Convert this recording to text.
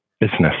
business